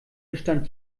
bestand